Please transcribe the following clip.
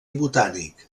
botànic